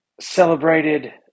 celebrated